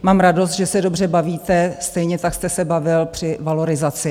Mám radost, že se dobře bavíte, stejně tak jste se bavil při valorizaci.